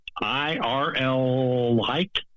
I-R-L-like